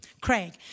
Craig